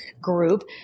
group